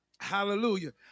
Hallelujah